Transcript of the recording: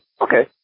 okay